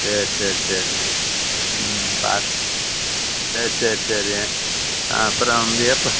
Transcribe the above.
சேரி சேரி சரிங்க ம் சேரி சேரி சரி ஆ அப்பறம் எப்போ